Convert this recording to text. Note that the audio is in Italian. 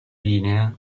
linea